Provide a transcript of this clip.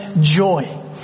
joy